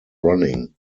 running